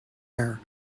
air